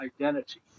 identity